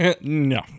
No